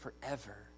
forever